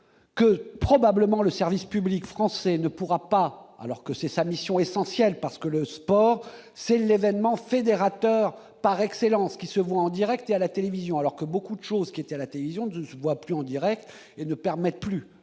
que probablement le service public français ne pourra pas, alors que c'est sa mission essentielle parce que le sport c'est l'événement fédérateur par excellence qui seront en Direct à la télévision alors que beaucoup de choses qui était à la télévision d'voix plus en Direct et ne permettent plus